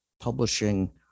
publishing